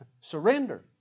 Surrender